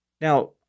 Now